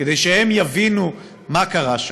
כדי שהם יבינו מה קרה שם.